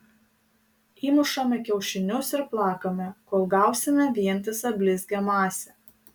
įmušame kiaušinius ir plakame kol gausime vientisą blizgią masę